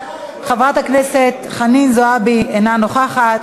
חבר הכנסת ישראל אייכלר,